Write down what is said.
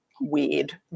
weird